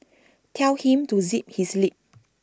tell him to zip his lip